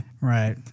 right